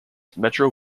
metro